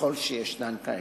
ככל שישנן כאלה,